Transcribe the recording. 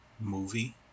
movie